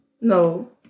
No